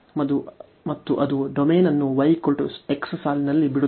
ಮತ್ತು ಅದು ಡೊಮೇನ್ ಅನ್ನು y x ಸಾಲಿನಲ್ಲಿ ಬಿಡುತ್ತದೆ